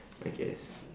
I guess